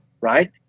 right